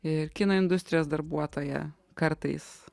ir kino industrijos darbuotoja kartais